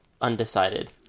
undecided